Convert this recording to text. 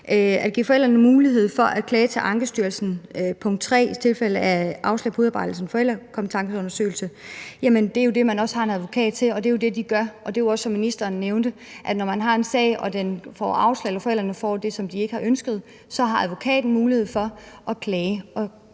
at give forældrene mulighed for at klage til Ankestyrelsen, punkt 3, i tilfælde af afslag på udarbejdelse af forældrekompetenceundersøgelse, vil jeg sige, at det jo er det, man har en advokat til, og det er det, de gør. Når man, som ministeren nævnte, har en sag, og når forældrene får det svar, som de ikke har ønsket, har advokaten mulighed for at klage